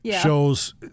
shows